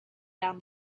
down